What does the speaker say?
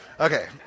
Okay